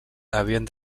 havien